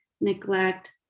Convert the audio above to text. neglect